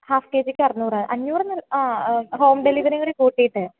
half കെ ജിക്ക് അറുന്നൂറ് അഞ്ഞൂറെന്നല്ലെ ആ ഹോം ഡെലിവെറി കൂടി കൂട്ടിയിട്ട്